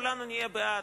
כולנו נהיה בעד,